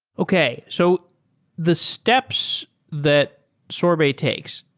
okay. so the steps that sorbet takes,